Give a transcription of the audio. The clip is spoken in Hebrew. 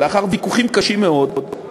שלאחר ויכוחים קשים מאוד,